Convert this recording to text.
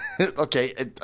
Okay